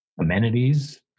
amenities